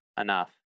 enough